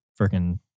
freaking